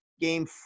game